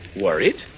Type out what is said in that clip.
Worried